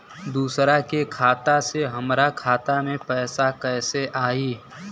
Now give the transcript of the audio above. दूसरा के खाता से हमरा खाता में पैसा कैसे आई?